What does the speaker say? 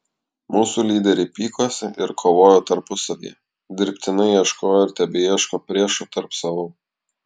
mūsų lyderiai pykosi ir kovojo tarpusavyje dirbtinai ieškojo ir tebeieško priešų tarp savų